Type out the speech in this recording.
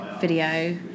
video